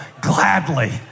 gladly